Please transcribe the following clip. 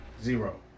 Zero